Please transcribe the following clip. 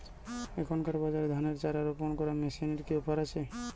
এখনকার বাজারে ধানের চারা রোপন করা মেশিনের কি অফার আছে?